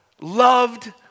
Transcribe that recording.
loved